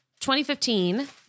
2015